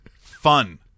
fun